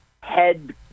head